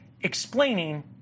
explaining